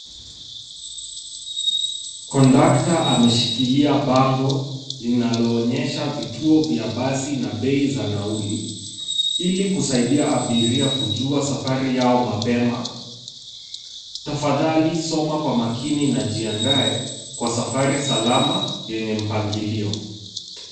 Kondakta ameshikilia bango, linaloonyesha vituo vya basi na bei za nauli, ili kusaidia abiria kujua safari yao mapema. Tafadhali soma kwa makini na jiandae kwa safari salama yenye mpangilio.